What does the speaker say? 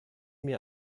mir